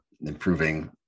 improving